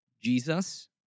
Jesus